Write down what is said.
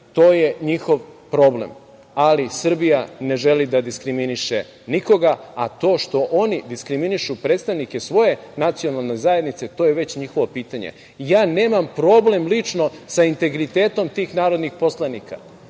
to je njihov problem. Srbija ne želi da diskriminiše nikoga, a to što oni diskriminišu predstavnike svoje nacionalne zajednice to je već njihovo pitanje. Ja nemam problem lično sa integritetom tih narodnih poslanika,